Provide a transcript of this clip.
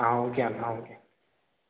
okay అన్న okay